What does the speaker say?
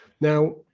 Now